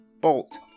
Bolt